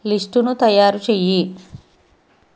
లిస్టును తయారు చేయి